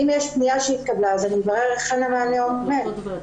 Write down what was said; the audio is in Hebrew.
אם יש פנייה שהתקבלה, אני אברר היכן עומד המענה.